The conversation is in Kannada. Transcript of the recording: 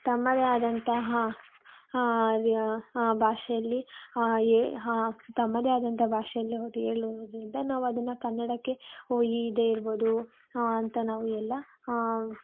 ತಮ್ಮದೇ ಆದಂತಹ ಭಾಷೆಯಲ್ಲಿ ತಮ್ಮದೇ ಆದಂಥ ಭಾಷೆಯಲ್ಲಿ ಅವರಿಗೆ ಹೇಳುವುದರಿಂದ ನಾವು ಅದನ್ನು ಕನ್ನಡಕ್ಕೆ ಹೋ ಇದೇ ಇರ್ಬೋದು ಅಂತ ನಾವು ಎಲ್ಲ